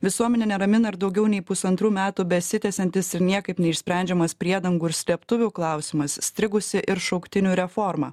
visuomenę neramina ir daugiau nei pusantrų metų besitęsiantis ir niekaip neišsprendžiamas priedangų ir slėptuvių klausimas strigusi ir šauktinių reforma